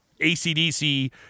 ACDC